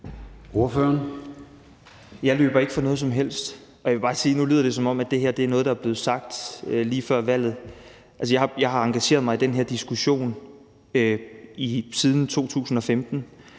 Jeg løber ikke fra noget som helst. Og jeg vil bare sige: Nu lyder det, som om det her er noget, der er blevet sagt lige før valget. Altså, jeg har engageret mig i den her diskussion siden 2015